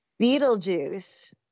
Beetlejuice